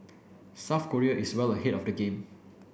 South Korea is well ahead of the game